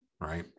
Right